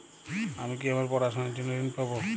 আমি কি আমার পড়াশোনার জন্য ঋণ পাব?